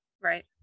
right